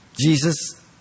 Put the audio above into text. Jesus